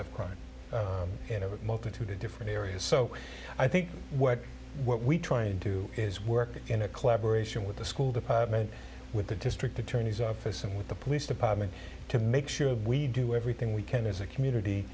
of crime and over multitude of different areas so i think what we try and do is work in a collaboration with the school department with the district attorney's office and with the police department to make sure we do everything we can as a community